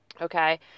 Okay